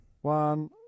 One